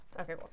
okay